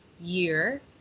year